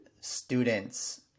students